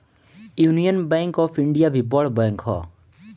union Bank of India भी बड़ bank हअ